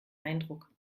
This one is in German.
eindruck